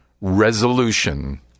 resolution